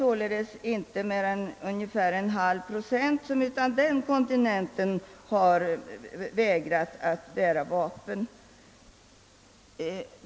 Endast omkring en halv procent av den kontingenten har alltså vägrat att bära vapen.